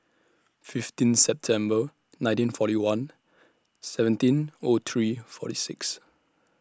fifteen September nineteen forty one seventeen O three forty six